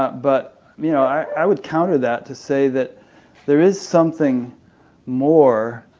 ah but you know i would counter that to say that there is something more,